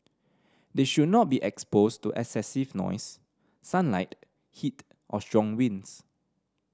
they should not be exposed to excessive noise sunlight heat or strong winds